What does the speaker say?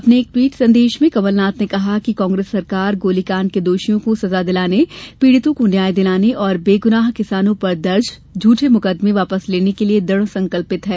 अपने एक ट्वीट में कमलनाथ ने कहा कि कांग्रेस सरकार गोलीकांड के दोषियों को सजा दिलाने पीड़ितों को न्याय दिलाने और बेगुनाह किसानों पर दर्ज झूठे मुकदमें वापस लेने के लिये दुढसंकल्पित हैं